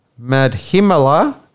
Madhimala